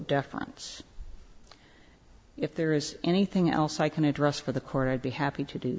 deference if there is anything else i can address for the court i'd be happy to do